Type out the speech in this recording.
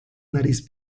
nariz